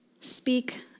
speak